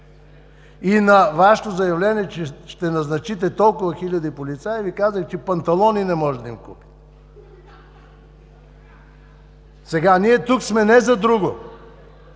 И на Вашето заявление, че ще назначите толкова хиляди полицаи, Ви казах, че панталони не можете да им купите. Сега ние сме тук не за друго,